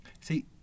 See